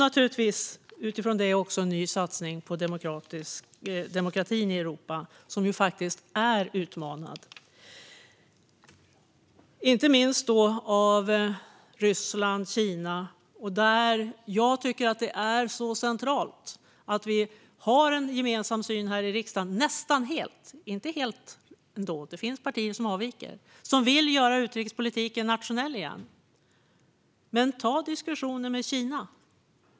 Utifrån detta är det också en ny satsning på demokratin i Europa, som faktiskt är utmanad, inte minst av Ryssland och Kina. Jag tycker att det är centralt att vi har en gemensam syn här i riksdagen. Det har vi nästan, men inte helt, för det finns partier som avviker och som vill göra utrikespolitiken nationell igen. Men ta diskussionen med Kina!